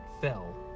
fell